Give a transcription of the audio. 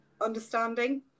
understanding